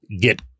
get